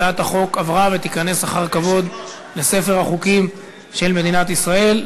הצעת החוק עברה ותיכנס אחר כבוד לספר החוקים של מדינת ישראל.